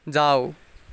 जाउ